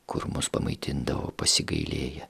kur mus pamaitindavo pasigailėję